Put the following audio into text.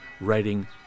writing